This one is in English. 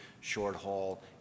short-haul